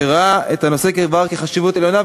שראה את הנושא כבעל חשיבות עליונה.